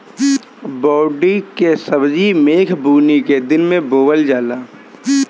बोड़ी के सब्जी मेघ बूनी के दिन में बोअल जाला